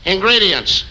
Ingredients